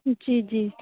जी जी